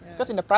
ya